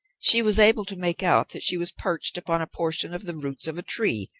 she was able to make out that she was perched upon a portion of the roots of a tree,